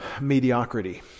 mediocrity